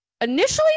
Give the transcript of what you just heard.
initially